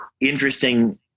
interesting